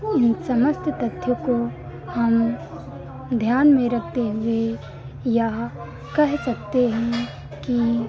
इन समस्त तथ्य को हम ध्यान में रखते हुए यह कह सकते हैं कि